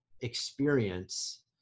experience